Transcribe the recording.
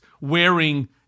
wearing